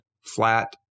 flat